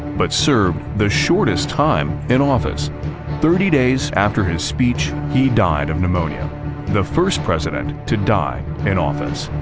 but served the shortest time in office thirty days after his speech he died of pneumonia the first president to die in office.